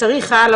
דבר